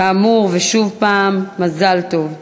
כאמור, ושוב פעם מזל טוב.